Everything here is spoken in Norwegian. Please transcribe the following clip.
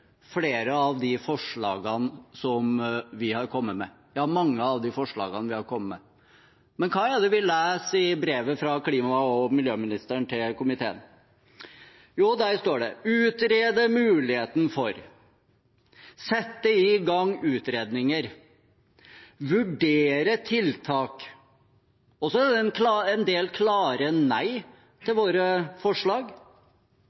flere av de forslagene vi har kommet med – ja, mange av forslagene vi har kommet med. Men hva er det vi leser i brevet fra klima- og miljøministeren til komiteen? Der står det: utrede muligheten for, sette i gang utredninger, vurdere tiltak, og det er en del klare nei